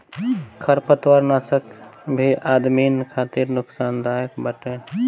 खरपतवारनाशक भी आदमिन खातिर नुकसानदायक बाटे